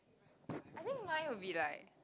I think mine will be like